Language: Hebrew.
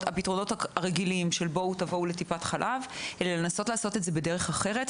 רגילים של טיפת חלב אלא לעשות זאת בדרכים אחרות.